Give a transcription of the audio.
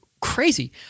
crazy